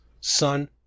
sun